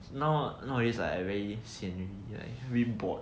now nowadays I very sian like I very bored